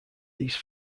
these